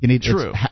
True